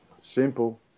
Simple